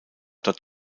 dort